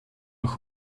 auch